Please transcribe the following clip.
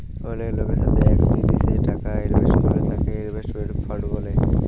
অলেক লকের সাথে এক জিলিসে টাকা ইলভেস্ট করল তাকে ইনভেস্টমেন্ট ফান্ড ব্যলে